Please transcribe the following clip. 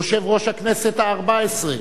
יושב-ראש הכנסת הארבע-עשרה